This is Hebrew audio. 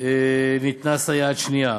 ניתנה סייעת שנייה,